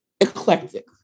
eclectic